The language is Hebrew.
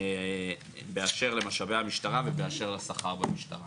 באשר למשאבי המשטרה ובאשר לשכר במשטרה.